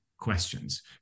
questions